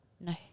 No